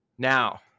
Now